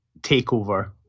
TakeOver